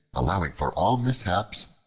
allowing for all mishaps,